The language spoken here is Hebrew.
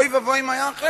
אוי ואבוי אם היה אחרת,